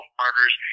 murders